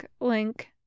Link